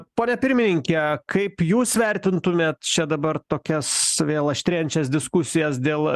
pone pirmininke kaip jūs vertintumėt čia dabar tokias vėl aštrėjančias diskusijas dėl